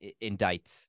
indict